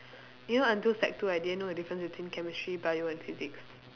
you know until sec two I didn't know the difference between chemistry bio and physics